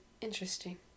interesting